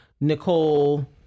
Nicole